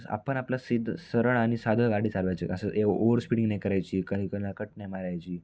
आपण आपलं सीध सरळ आणि साधं गाडी चालवायचे कसं हे ओवर स्पीडींग नाही करायची क कला कट नाही मारायची